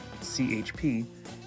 chp